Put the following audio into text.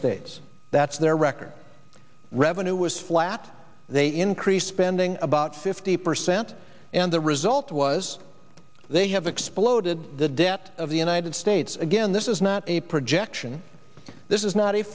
states that's their record revenue was flat they increased spending about fifty percent and the result was they have exploded the debt of the united states again this is not a projection this is